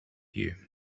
you